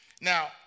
Now